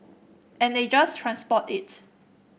and they just transport it